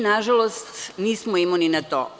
Nažalost, nismo imuni na to.